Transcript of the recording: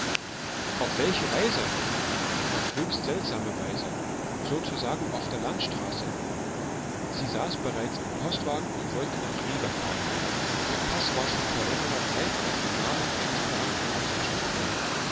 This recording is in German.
auf welche weise auf höchst seltsame weise sozusagen auf der landstraße sie saß bereits im postwagen und wollte nach riga fahren der paß war schon vor längerer zeit auf den namen eines beamten ausgestellt worden